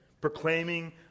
proclaiming